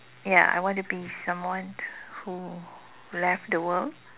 ya I want to be someone who left the world